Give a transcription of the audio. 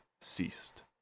ceased